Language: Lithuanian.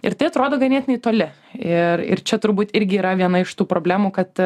ir tai atrodo ganėtinai toli ir ir čia turbūt irgi yra viena iš tų problemų kad